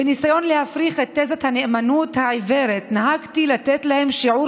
בניסיון להפריך את תזת הנאמנות העיוורת נהגתי לתת להם שיעור